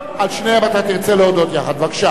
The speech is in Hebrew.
על שניהם תרצה להודות יחד, בבקשה.